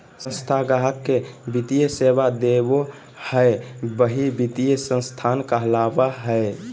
संस्था गाहक़ के वित्तीय सेवा देबो हय वही वित्तीय संस्थान कहलावय हय